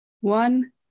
one